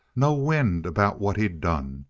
no wind about what he'd done.